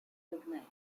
recognized